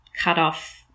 cutoff